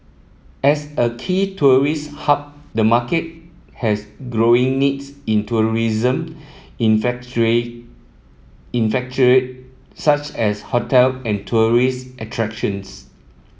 as a key tourist hub the market has growing needs in tourism infrastructure such as hotel and tourist attractions